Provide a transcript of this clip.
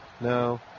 No